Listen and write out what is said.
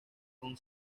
con